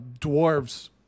dwarves